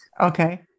Okay